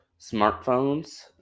smartphones